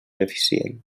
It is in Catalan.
eficient